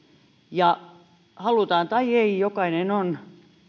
ja halutaan tai ei jokainen on